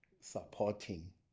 supporting